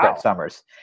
summers